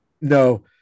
no